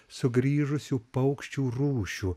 sugrįžusių paukščių rūšių